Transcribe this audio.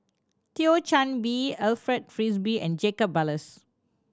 Thio Chan Bee Alfred Frisby and Jacob Ballas